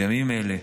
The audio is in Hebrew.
בימים אלה,